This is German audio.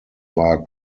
war